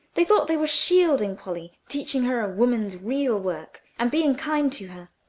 they thought they were shielding polly, teaching her a woman's real work, and being kind to her.